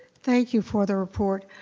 thank you for the report.